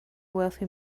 wealthy